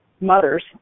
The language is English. mothers